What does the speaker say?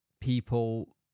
people